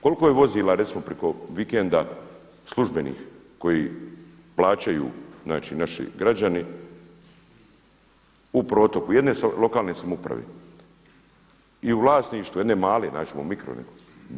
Koliko je vozila recimo priko vikenda službenih koji plaćaju znači naši građani u protoku jedne lokalne samouprave i u vlasništvu jedne male, naći ćemo mikro neku.